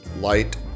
light